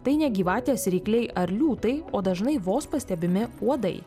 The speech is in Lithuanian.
tai ne gyvatės rykliai ar liūtai o dažnai vos pastebimi uodai